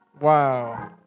Wow